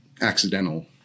accidental